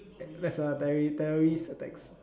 that's a terrori~ terrorist attacks